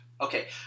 Okay